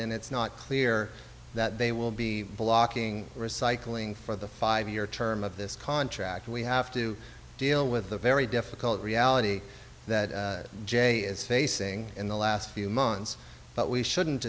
and it's not clear that they will be blocking recycling for the five year term of this contract we have to deal with the very difficult reality that jay is facing in the last few months but we shouldn't